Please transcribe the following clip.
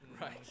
Right